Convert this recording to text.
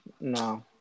No